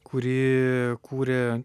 kurį kūrė